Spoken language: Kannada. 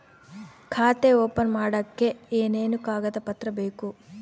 ಖಾತೆ ಓಪನ್ ಮಾಡಕ್ಕೆ ಏನೇನು ಕಾಗದ ಪತ್ರ ಬೇಕು?